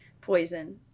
Poison